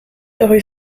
rue